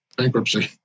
bankruptcy